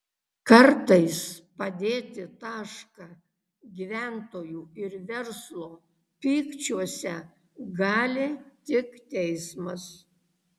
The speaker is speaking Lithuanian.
kartais padėti tašką gyventojų ir verslo pykčiuose gali tik teismas